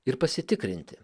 ir pasitikrinti